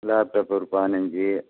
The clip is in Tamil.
லேப்டாப் ஒரு பதினஞ்சி